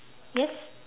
yes